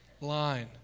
line